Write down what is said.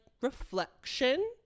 reflection